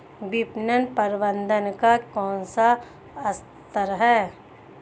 विपणन प्रबंधन का कौन सा स्तर है?